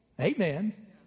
amen